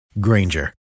Granger